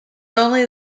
only